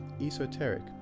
Esoteric